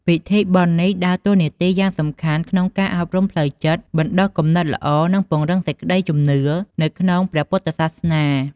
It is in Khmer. ពិធីបុណ្យនេះដើរតួនាទីយ៉ាងសំខាន់ក្នុងការអប់រំផ្លូវចិត្ត បណ្ដុះគំនិតល្អ និងពង្រឹងសេចក្ដីជំនឿនៅក្នុងព្រះពុទ្ធសាសនា។